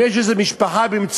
אם יש איזו משפחה במצוקה,